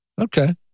Okay